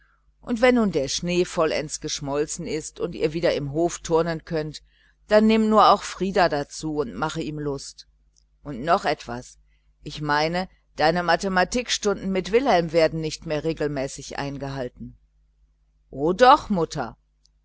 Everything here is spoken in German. und wenn nun der schnee vollends geschmolzen ist und ihr wieder am kasernenhof turnen könnt dann nimm nur auch frieder dazu und mache ihm lust und noch etwas ich meine deine mathematikstunden mit wilhelm werden nimmer regelmäßig eingehalten o doch mutter